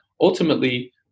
ultimately